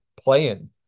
playing